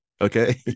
okay